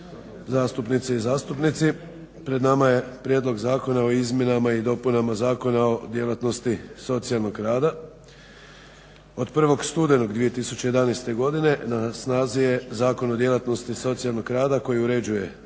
zastupnice i zastupnici. Pred nama je Prijedlog zakona o izmjenama i dopunama Zakona o djelatnosti socijalnog rada. Od 1. studenog 2011. godine na snazi je Zakon o djelatnosti socijalnog rada koji uređuje djelatnost